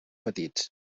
petits